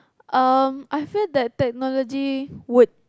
um I feel that technology would